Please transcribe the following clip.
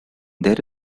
there